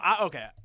Okay